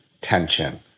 tension